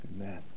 Amen